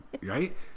Right